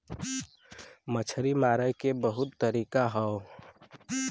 मछरी मारे के बहुते तरीका हौ